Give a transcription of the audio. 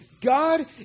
God